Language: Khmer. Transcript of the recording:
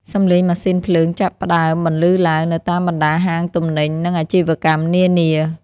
សំឡេងម៉ាស៊ីនភ្លើងចាប់ផ្តើមបន្លឺឡើងនៅតាមបណ្តាហាងទំនិញ និងអាជីវកម្មនានា។